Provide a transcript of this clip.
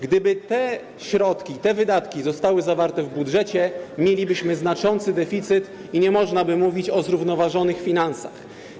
Gdyby te środki, te wydatki zostały zawarte w budżecie, mielibyśmy znaczący deficyt i nie można by mówić o zrównoważonych finansach.